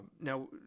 Now